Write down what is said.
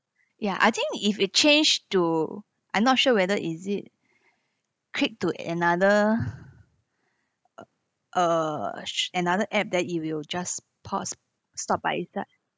ya I think if it change to I'm not sure whether is it click to another uh uh another app that it will just pause stop by it side